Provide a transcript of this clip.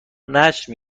نشر